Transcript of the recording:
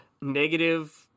negative